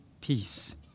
peace